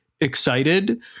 excited